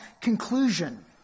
conclusion